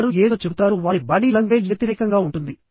వారు ఏదో చెబుతారు వారి బాడీ లంగ్వేజ్ వ్యతిరేకంగా ఉంటుంది